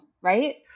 Right